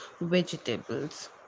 vegetables